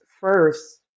first